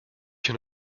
hier